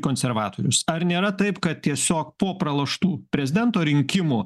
konservatorius ar nėra taip kad tiesiog po praloštų prezidento rinkimų